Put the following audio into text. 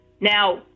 Now